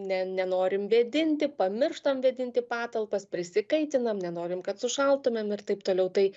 ne nenorim vėdinti pamirštam vėdinti patalpas prisikaitinam nenorim kad sušaltumėm ir taip toliau tai